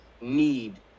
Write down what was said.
need